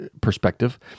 perspective